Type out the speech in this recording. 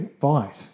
fight